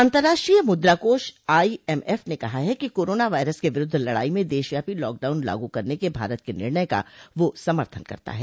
अंतर्राष्ट्रीय मुद्राकोष आईएमएफ ने कहा है कि कोरोना वायरस के विरुद्ध लड़ाई में देशव्यापी लॉकडाउन लागू करने के भारत के निर्णय का वह समर्थन करता है